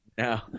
No